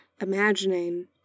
imagining